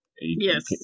Yes